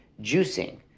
juicing